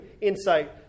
insight